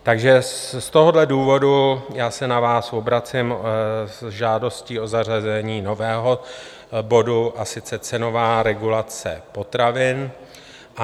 Takže z tohoto důvodu se na vás obracím s žádostí o zařazení nového bodu, a sice Cenová regulace potravin.